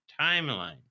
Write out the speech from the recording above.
timeline